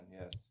Yes